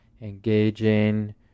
engaging